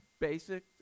basic